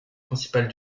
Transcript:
principales